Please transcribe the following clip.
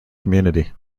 community